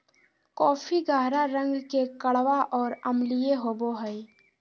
coffee गहरा रंग के कड़वा और अम्लीय होबो हइ